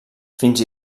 fins